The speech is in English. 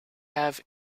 have